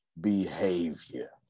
behavior